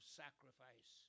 sacrifice